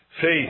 faith